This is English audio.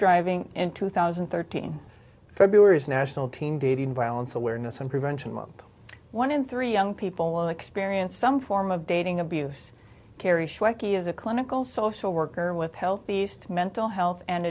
driving in two thousand and thirteen february's national teen dating violence awareness and prevention month one in three young people will experience some form of dating abuse carry shrike e is a clinical social worker with health east mental health and